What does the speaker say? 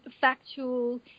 factual